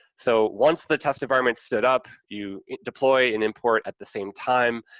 so, once the test environment's stood up, you deploy and import at the same time,